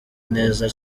neza